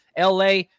LA